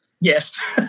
Yes